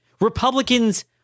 Republicans